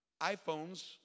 iPhones